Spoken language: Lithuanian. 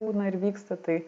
būna ir vyksta tai